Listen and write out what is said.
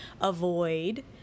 avoid